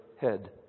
head